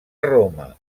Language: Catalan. roma